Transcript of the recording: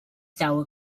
sour